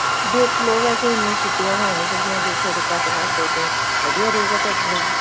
ਦੇਖ ਲਓ ਵੈਸੇ ਇੰਨੀ ਛੁੱਟੀਆਂ ਹੋ ਨਹੀਂ ਸਕਦੀਆਂ ਜੇ ਥੋੜ੍ਹੇ ਘੱਟ ਕਰ ਦਿਉ ਤਾਂ ਵਧੀਆ ਰਹੇਗਾ ਤੁਹਾਡੇ ਲਈ ਵੀ